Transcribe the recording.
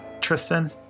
Tristan